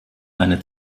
eine